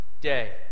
day